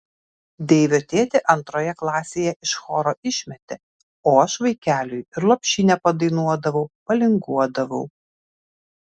deivio tėtį antroje klasėje iš choro išmetė o aš vaikeliui ir lopšinę padainuodavau palinguodavau